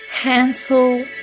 Hansel